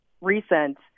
recent